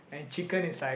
and chicken is like